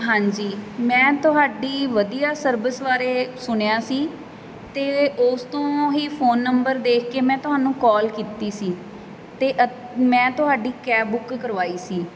ਹਾਂਜੀ ਮੈਂ ਤੁਹਾਡੀ ਵਧੀਆ ਸਰਵਿਸ ਬਾਰੇ ਸੁਣਿਆ ਸੀ ਅਤੇ ਉਸ ਤੋਂ ਹੀ ਫੋਨ ਨੰਬਰ ਦੇਖ ਕੇ ਮੈਂ ਤੁਹਾਨੂੰ ਕਾਲ ਕੀਤੀ ਸੀ ਅਤੇ ਅਤੇ ਮੈਂ ਤੁਹਾਡੀ ਕੈਬ ਬੁੱਕ ਕਰਵਾਈ ਸੀ